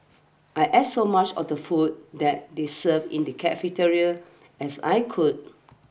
I ate so much of the food that they served in the cafeteria as I could